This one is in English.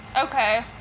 okay